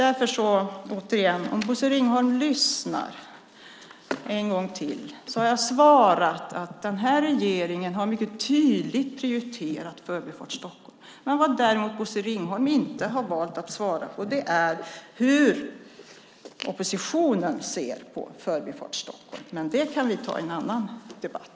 Lyssna nu, Bosse Ringholm: Jag har svarat att den här regeringen mycket tydligt har prioriterat Förbifart Stockholm. Bosse Ringholm har valt att inte svara på hur oppositionen ser på Förbifart Stockholm. Det kan vi kanske ta i en annan debatt.